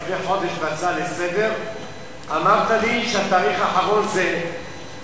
לפני חודש אמרת לי בתשובה על הצעה לסדר-היום שהתאריך האחרון זה אפריל.